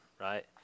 right